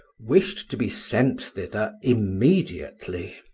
wished to be sent thither immediately.